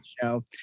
show